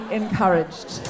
encouraged